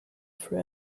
for